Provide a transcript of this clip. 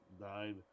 died